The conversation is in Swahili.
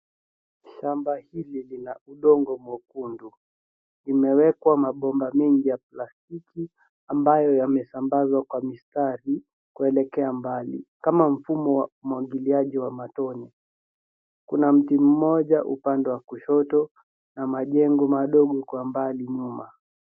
Shamba hili lina udongo mwekundu. Limewekwa mabomba mengi ya plastiki ambayo yamesambazwa kwa mistari kuelekwa mbali kama mfumo wa umwagiliaji wa matone. Kuna mti mmoja upande wa kushoto na majengo madogo kwa mbali nyuma.